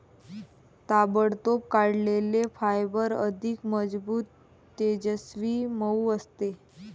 ताबडतोब काढलेले फायबर अधिक मजबूत, तेजस्वी, मऊ असते